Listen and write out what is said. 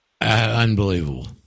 Unbelievable